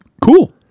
Cool